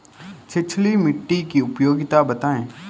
छिछली मिट्टी की उपयोगिता बतायें?